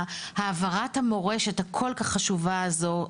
העברת המורשת הכול כך חשובה הזו,